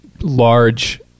large